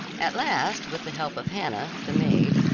at last, with the help of hannah, the maid,